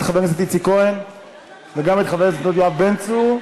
חבר הכנסת איציק כהן וגם את חבר הכנסת יואב בן צור.